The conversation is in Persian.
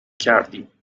کردیم